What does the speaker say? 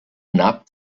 nap